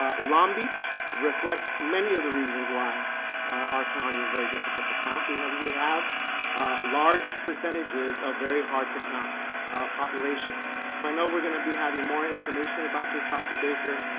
ah long beach reflects many of the reasons why our county is very difficult to count, because we have large percentages of very hard to count populations. so i know we're gonna be having more information about this, dr. baker,